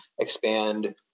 expand